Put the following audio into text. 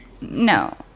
No